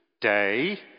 Day